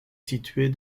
située